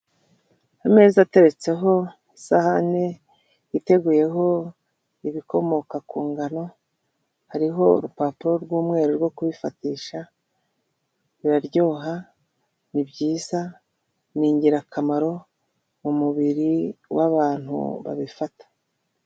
Ameza ateretseho isahani iteguyeho ibikomoka ku ngano, hariho urupapuro rw'umweru rwo kubifatisha, biraryoha, ni ibyiza, ni ingirakamaro mu mubiri w'abantu babifata.